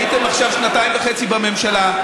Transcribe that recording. הייתם עכשיו שנתיים וחצי בממשלה,